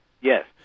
Yes